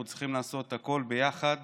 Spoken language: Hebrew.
אנחנו צריכים לעשות הכול ביחד